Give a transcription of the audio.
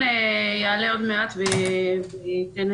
לא נמצאים כאן